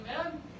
Amen